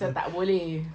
asal tak boleh